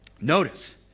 Notice